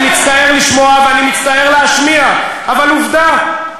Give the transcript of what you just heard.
אני מצטער לשמוע ואני מצטער להשמיע, אבל עובדה.